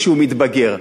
כשהוא מתבגר.